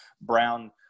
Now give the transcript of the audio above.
Brown